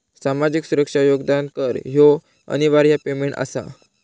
सामाजिक सुरक्षा योगदान कर ह्यो अनिवार्य पेमेंट आसा